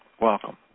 Welcome